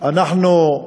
אנחנו,